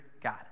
God